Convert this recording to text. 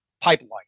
pipeline